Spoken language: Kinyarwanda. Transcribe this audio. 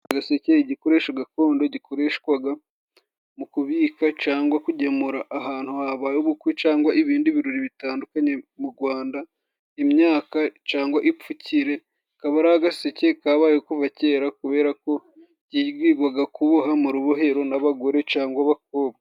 Agaseke, igikoresho gakondo gikoreshwaga mu kubika cyangwa kugemura ahantu habaye ubukwe, cyangwa ibindi birori bitandukanye mu Gwanda, imyaka cyangwa ipfukire, kaba ari agaseke kabayeho kuva kera kubera ko kigigwaga kuboha mu rubohero n'abagore cangwa abakobwa.